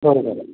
बरोबर आहे